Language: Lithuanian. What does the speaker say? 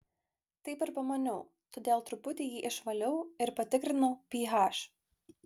taip ir pamaniau todėl truputį jį išvaliau ir patikrinau ph